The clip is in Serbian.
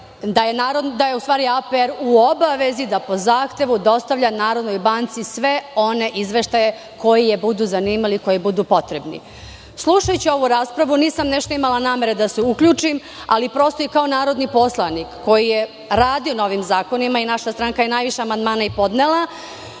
da je u stvari APR u obavezi da po zahtevu dostavlja NBS sve one izveštaje koji je budu zanimali, koji budu potrebni. Slušajući ovu raspravu, nisam imala nešto namere da se uključim, ali prosto i kao narodni poslanik koji je radio na ovim zakonima i naša stranaka je najviše amandmana i podnela,